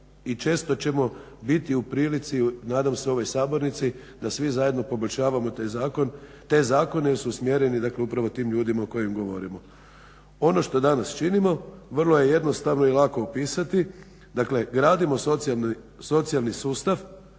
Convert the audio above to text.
često ćemo biti u prilici nadam se u ovoj sabornici da svi zajedno poboljšavamo te zakone jer su usmjereni upravo tim ljudima o kojim govorimo. Ono što danas činimo vrlo je jednostavno i lako opisati, dakle gradimo socijalni sustav